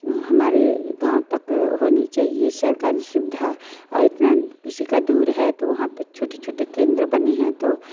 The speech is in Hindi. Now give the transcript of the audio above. हमारे गाँव तक होनी चाहिए सरकारी सुविधा और इतना किसी का दूर है तो वहाँ पर छोटे छोटे केंद्र बने हैं तो